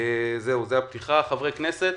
חברי הכנסת,